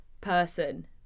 person